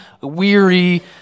weary